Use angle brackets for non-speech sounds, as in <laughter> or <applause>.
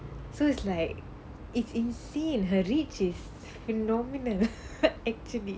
so it's like it's insane her reach is phenomenon <laughs> actually